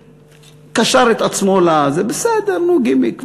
קשר את עצמו, בסדר, נו, גימיק.